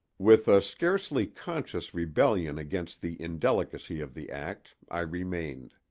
with a scarcely conscious rebellion against the indelicacy of the act i remained.